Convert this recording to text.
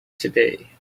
today